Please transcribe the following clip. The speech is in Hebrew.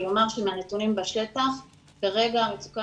אני אומרת שמהנתונים בשטח כרגע המצוקה